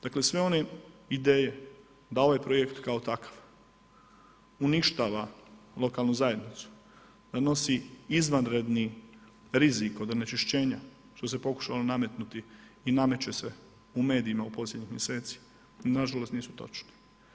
Dakle sve one ideje da ovaj projekt kao takav uništava lokalnu zajednicu, da nosi izvanredni rizik od onečišćenja što se pokušalo nametnuti i nameće se u medijima u posljednjih mjeseci, nažalost nisu točne.